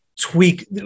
tweak